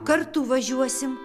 kartu važiuosim